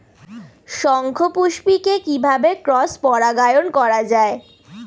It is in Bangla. শঙ্খপুষ্পী কে কিভাবে ক্রস পরাগায়ন করা যায়?